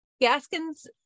Gaskins